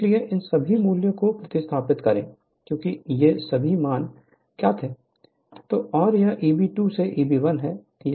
इसलिए इन सभी मूल्यों को प्रतिस्थापित करें क्योंकि ये सभी मान ज्ञात हैं